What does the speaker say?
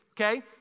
okay